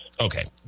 Okay